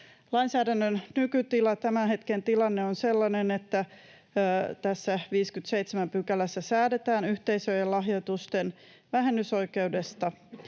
Lainsäädännön nykytila: Tämän hetken tilanne on sellainen, että tässä 57 §:ssä säädetään yhteisöjen lahjoitusten vähennysoikeudesta.